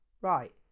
Right